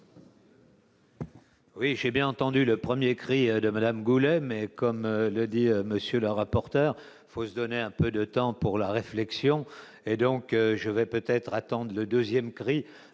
Oui, j'ai bien entendu le 1er cri de Madame Goulet mais comme le dit monsieur le rapporteur, faut se donner un peu de temps pour la réflexion, et donc je vais peut-être attendent le 2ème cri